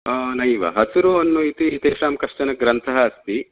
नैव हसिरुहोन्नु इति तेषां कश्चनग्रन्थः अस्ति